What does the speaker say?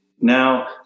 Now